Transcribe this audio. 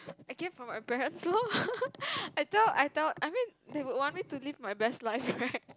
I came from my parents lor I tell I tell I mean they would want me to live my best life right